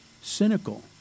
cynical